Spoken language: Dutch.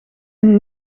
een